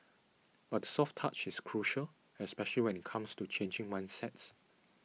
but the soft touch is crucial especially when it comes to changing mindsets